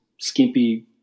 skimpy